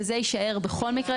וזה יישאר בכל מקרה,